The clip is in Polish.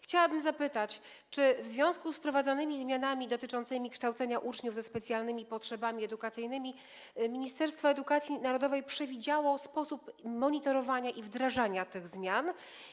Chciałabym zapytać: Czy w związku z wprowadzonymi zmianami dotyczącymi kształcenia uczniów ze specjalnymi potrzebami edukacyjnymi Ministerstwo Edukacji Narodowej przewidziało sposób wdrażania i monitorowania tych zmian?